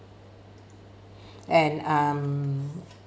and um